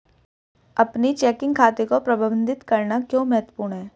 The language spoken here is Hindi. अपने चेकिंग खाते को प्रबंधित करना क्यों महत्वपूर्ण है?